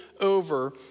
over